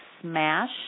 Smash